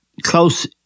close